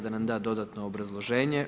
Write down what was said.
da nam da dodatno obrazloženje.